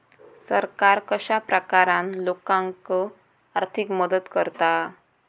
सरकार कश्या प्रकारान लोकांक आर्थिक मदत करता?